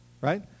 Right